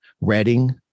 Reading